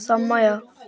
ସମୟ